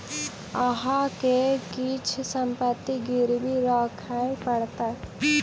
अहाँ के किछ संपत्ति गिरवी राखय पड़त